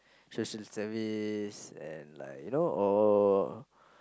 social service and like you know or